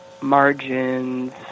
margins